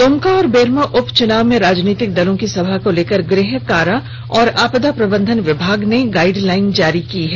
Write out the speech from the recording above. दुमका और बेरमो उपचुनाव में राजनीतिक दलों की सभा को लेकर गृह कारा एवं आपदा प्रबंधन विभाग ने गाइडलाइन जारी कर दी है